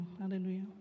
hallelujah